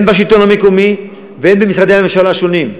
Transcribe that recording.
הן בשלטון המקומי והן במשרדי הממשלה השונים,